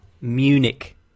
Munich